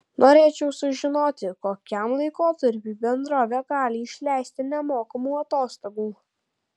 norėčiau sužinoti kokiam laikotarpiui bendrovė gali išleisti nemokamų atostogų